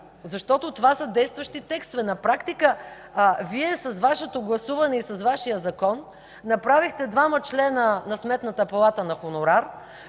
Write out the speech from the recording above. защото това са действащи текстове. На практика Вие с Вашето гласуване и с Вашия Закон направихте двама члена на Сметната палата на хонорар,